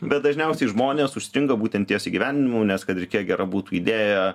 bet dažniausiai žmonės užstringa būtent ties įgyvendinimu nes kad ir kiek gera būtų idėja